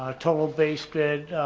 ah total base bid